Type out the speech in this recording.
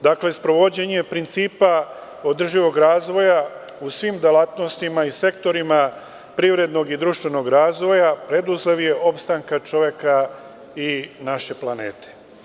Dakle, sprovođenje principa održivog razvoja u svim delatnostima i sektorima privrednog i društvenog razvoja preduslov je opstanka čoveka i naše planete.